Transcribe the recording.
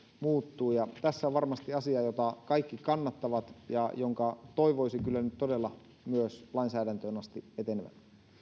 muuttuu tässä on varmasti asia jota kaikki kannattavat ja jonka kyllä toivoisin nyt todella myös lainsäädäntöön asti etenevän